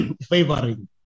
favoring